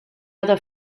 other